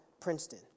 Princeton